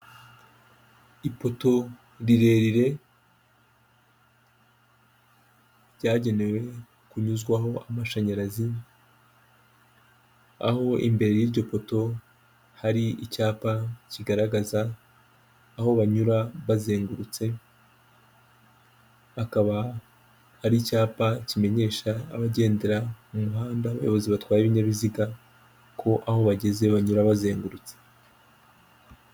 Ipoto rirerire ryagenewe kunyuzwaho amashanyarazi, aho imbere y'iryo poto hari icyapa kigaragaza aho banyura bazengurutse, akaba ari icyapa kimenyesha abagendera mu muhanda, abayobozi batwaye ibinyabiziga, ko aho bageze banyura bazengurutse.